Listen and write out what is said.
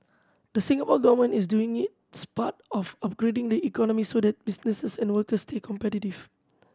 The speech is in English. the Singapore Government is doing its part by upgrading the economy so that businesses and workers stay competitive